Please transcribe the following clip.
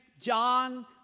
John